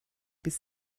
bis